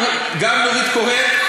גם נורית קורן.